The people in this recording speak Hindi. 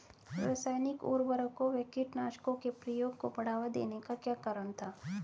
रासायनिक उर्वरकों व कीटनाशकों के प्रयोग को बढ़ावा देने का क्या कारण था?